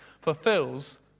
fulfills